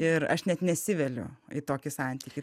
ir aš net nesiveliu į tokį santykį